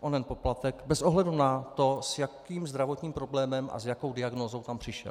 onen poplatek bez ohledu na to, s jakým zdravotním problémem a s jakou diagnózou tam přišel.